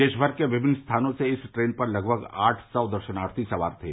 देशमर के विभिन्न स्थानों से इस ट्रेन पर लगभग आठ सौ दर्शनार्थी सवार थे